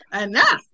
enough